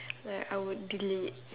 like I would delete